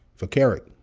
for kerrick